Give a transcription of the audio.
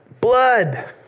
Blood